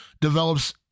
develops